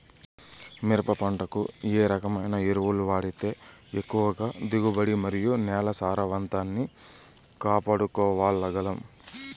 మిరప పంట కు ఏ రకమైన ఎరువులు వాడితే ఎక్కువగా దిగుబడి మరియు నేల సారవంతాన్ని కాపాడుకోవాల్ల గలం?